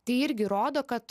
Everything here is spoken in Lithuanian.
tai irgi rodo kad